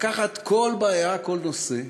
לקחת כל בעיה, כל נושא,